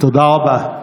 תודה רבה.